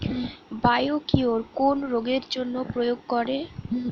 Biocure কোন রোগেরজন্য প্রয়োগ করে?